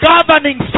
Governing